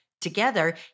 together